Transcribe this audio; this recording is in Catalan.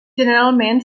generalment